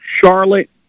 Charlotte